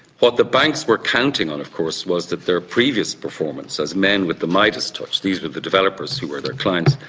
what the banks were counting on of course was that their previous performance as men with the midas touch, these were the developers who were their clients,